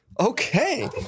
Okay